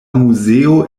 muzeo